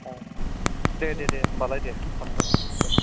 औ दे दे दे होनबालाय दे थांगोन दे